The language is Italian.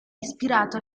ispirato